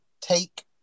take